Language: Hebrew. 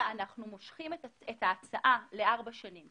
אנחנו מושכים את ההצעה לארבע שנים.